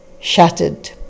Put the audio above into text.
shattered